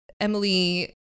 Emily